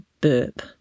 burp